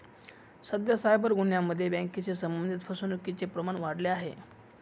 सध्या सायबर गुन्ह्यांमध्ये बँकेशी संबंधित फसवणुकीचे प्रमाण वाढले आहे